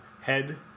head